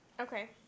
Okay